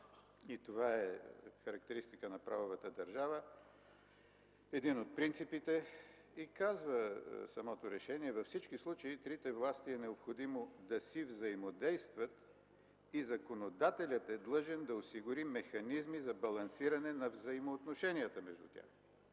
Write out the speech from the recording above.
и това е характеристика на правовата държава и един от принципите й.” Самото решение казва, че във всички случаи трите власти е необходимо да си взаимодействат и законодателят е длъжен да осигури механизми за балансиране на взаимоотношенията между тях.